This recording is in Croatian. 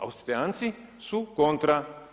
Austrijanci su kontra.